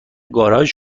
گاراژ